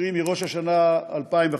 קרי מראש השנה 2015,